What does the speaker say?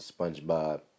Spongebob